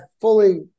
fully